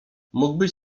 mógłbyś